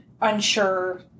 unsure